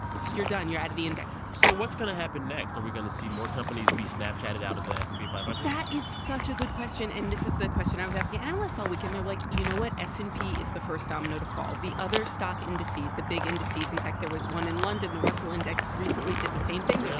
you're done. you're out of the index so what's going to happen next? are we going to see more companies be snapchatted out of the s and p five hundred? that is such a good question. and this is the question i was asking analysts all week. and they're, like, you know what? s and p is the first domino to fall. the other stock indices, the big indices in fact, there was one in london. the russell index recently did the same thing. really.